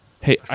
Hey